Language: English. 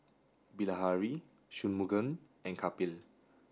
Bilahari Shunmugam and Kapil